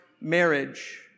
marriage